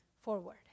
forward